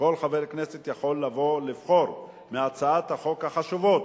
כל חבר כנסת יכול לבחור מהצעות החוק החשובות